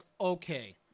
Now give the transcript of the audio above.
okay